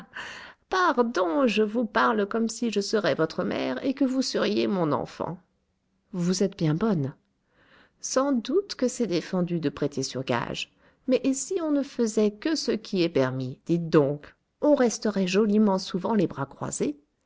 pardon je vous parle comme si je serais votre mère et que vous seriez mon enfant vous êtes bien bonne sans doute que c'est défendu de prêter sur gages mais si on ne faisait que ce qui est permis dites donc on resterait joliment souvent les bras croisés